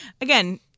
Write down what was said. again